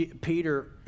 Peter